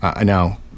Now